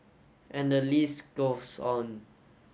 and the list goes on